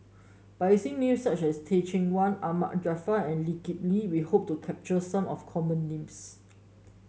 by using names such as Teh Cheang Wan Ahmad Jaafar and Lee Kip Lee we hope to capture some of the common names